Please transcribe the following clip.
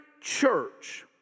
church